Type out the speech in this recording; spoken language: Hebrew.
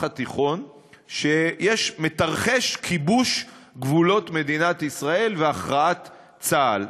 התיכון שמתרחש כיבוש גבולות מדינת ישראל והכרעת צה"ל,